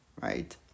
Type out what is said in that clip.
right